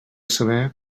saber